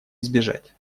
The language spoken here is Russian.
избежать